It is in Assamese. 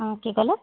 অঁ কি ক'লে